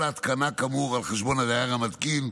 כל ההתקנה, כאמור, על חשבון הדייר המתקין.